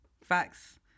facts